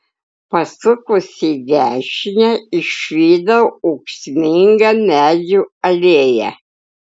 pasukus į dešinę išvydau ūksmingą medžių alėją